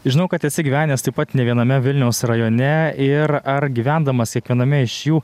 žinau kad esi gyvenęs taip pat ne viename vilniaus rajone ir ar gyvendamas kiekviename iš jų